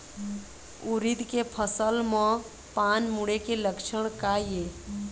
उरीद के फसल म पान मुड़े के लक्षण का ये?